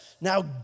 Now